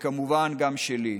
וכמובן גם שלי.